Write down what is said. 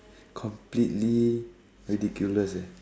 completely ridiculous eh